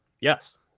yes